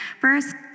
First